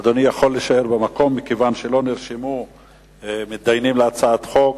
אדוני יכול להישאר במקום מכיוון שלא נרשמו מתדיינים להצעת החוק.